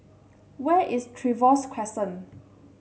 where is Trevose Crescent